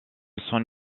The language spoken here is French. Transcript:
son